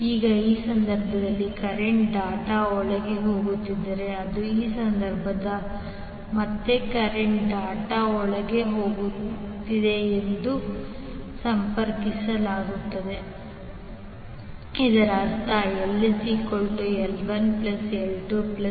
ಈಗ ಈ ಸಂದರ್ಭದಲ್ಲಿ ಕರೆಂಟ್ ಡಾಟ್ ಒಳಗೆ ಹೋಗುತ್ತಿದ್ದರೆ ಮತ್ತು ಈ ಸಂದರ್ಭದಲ್ಲಿ ಮತ್ತೆ ಕರೆಂಟ್ ಡಾಟ್ ಒಳಗೆ ಹೋಗುತ್ತಿದ್ದರೆ ಒಟ್ಟು ಇಂಡಕ್ಟನ್ಸ್ ಸೇರಿಸುವ ಸಂಪರ್ಕವಾಗಿರುತ್ತದೆ